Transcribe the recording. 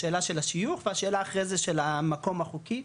השאלה של השיוך והשאלה אחרי זה של המקום החוקי,